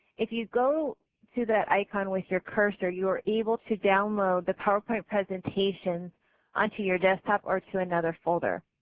if you go to that icon with your cursor you are able to download the powerpoint presentation onto your desk top or onto another folder.